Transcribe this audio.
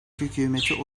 hükümeti